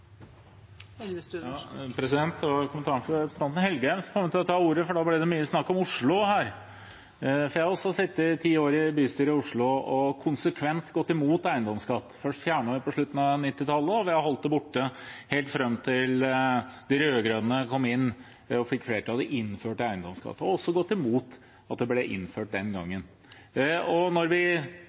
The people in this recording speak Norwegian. var kommentaren fra representanten Engen-Helgheim som fikk meg til å ta ordet, for nå ble det mye snakk om Oslo her. Jeg har sittet ti år i bystyret i Oslo og konsekvent gått imot eiendomsskatt. Først fjernet vi den på slutten av 1990-tallet, og vi har holdt den borte helt fram til de rød-grønne kom inn, fikk flertall og innførte eiendomsskatt. Vi gikk også imot at den ble innført den gangen. Når vi